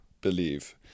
believe